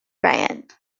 band